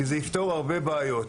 כי זה יפתור הרבה בעיות.